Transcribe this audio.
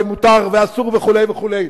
ומותר ואסור וכו' וכו',